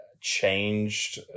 changed